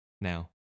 now